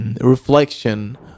reflection